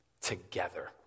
together